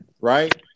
right